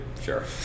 sure